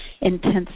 intense